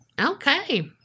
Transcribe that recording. Okay